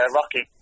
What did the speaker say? Rocky